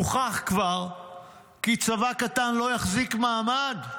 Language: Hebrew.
כבר הוכח כי צבא קטן לא יחזיק מעמד.